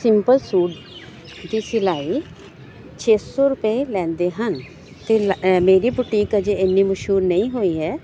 simple suit ਦੀ ਸਿਲਾਈ ਛੇ ਸੌ ਰੁਪਏ ਲੈਂਦੇ ਹਨ ਅਤੇ ਲੈ ਮੇਰੀ ਬੁਟੀਕ ਅਜੇ ਇੰਨੀ ਮਸ਼ਹੂਰ ਨਹੀਂ ਹੋਈ ਹੈ